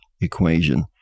equation